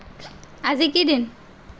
আজি কি দিন